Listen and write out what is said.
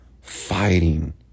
fighting